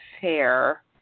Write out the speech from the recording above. fair